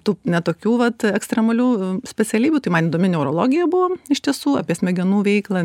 tu ne tokių vat ekstremalių specialybių tai man įdomi neurologija buvo iš tiesų apie smegenų veiklą